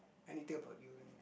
anything about you